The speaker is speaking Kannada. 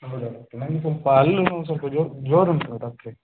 ಹೌದಾ ಡಾಕ್ಟರ್ ನಂಗೆ ಸ್ವಲ್ಪ ಹಲ್ಲ್ ನೋವು ಸ್ವಲ್ಪ ಜೋರು ಜೋರು ಉಂಟು ಡಾಕ್ಟ್ರೇ